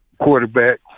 quarterback